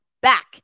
back